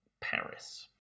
Paris